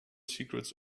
secrets